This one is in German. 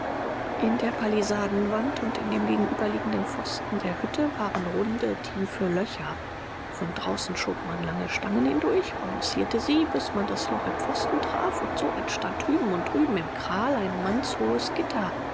in der pallisadenwand und in dem gegenüberliegenden pfosten der hütte waren runde tiefe löcher von draußen schob man lange stangen hindurch balancierte sie bis man das loch im pfosten traf und so entstand hüben und drüben im kral ein mannshohes gitter